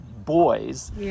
boys